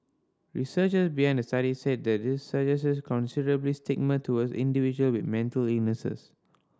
researchers behind the study said this suggests considerable stigma towards individual with mental illness